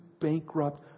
bankrupt